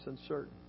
uncertain